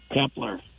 Kepler